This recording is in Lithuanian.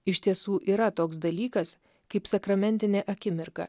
iš tiesų yra toks dalykas kaip sakramentinė akimirka